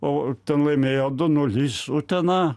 o ten laimėjo du nulis utena